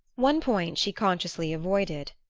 one point she consciously avoided,